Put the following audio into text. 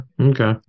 Okay